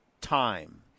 time